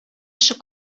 эше